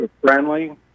friendly